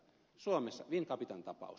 suomessa wincapitan tapaus